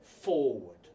forward